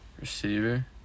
Receiver